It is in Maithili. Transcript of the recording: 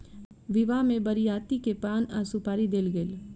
विवाह में बरियाती के पान आ सुपारी देल गेल